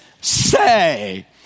say